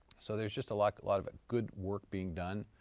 so there's just a like lot of good work being done,